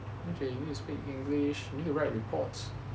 he need to speak english you need to write reports